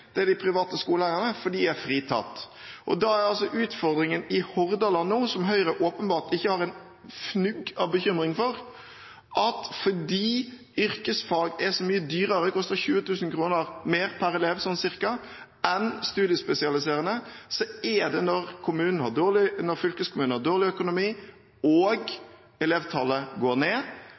dimensjonering, er de private skoleeierne, for de er fritatt. Da er utfordringen i Hordaland nå, som Høyre åpenbart ikke har et fnugg av bekymring for, at fordi yrkesfag er så mye dyrere – det koster ca. 20 000 kr mer per elev – enn studiespesialiserende, er det, når fylkeskommunen har dårlig økonomi, elevtallet går ned,